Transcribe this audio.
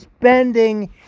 spending